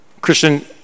Christian